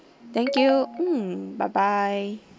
thank you mm bye bye